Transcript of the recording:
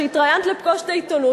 כשהתראיינת ל"פגוש את העיתונות",